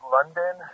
London